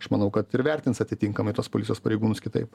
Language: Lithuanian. aš manau kad ir vertins atitinkamai tuos policijos pareigūnus kitaip